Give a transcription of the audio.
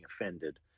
offended